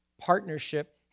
Partnership